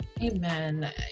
amen